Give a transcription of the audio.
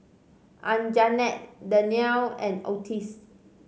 Anjanette Dannielle and Otis